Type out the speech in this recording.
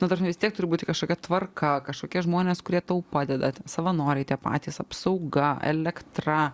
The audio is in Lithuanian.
nu ta prasme vis tiek turbūt kažkokia tvarka kažkokie žmonės kurie tau padeda savanoriai tie patys apsauga elektra